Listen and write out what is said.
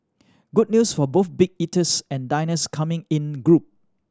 good news for both big eaters and diners coming in group